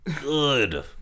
good